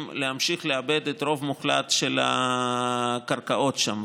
להמשיך לעבד את הרוב המוחלט של הקרקעות שם,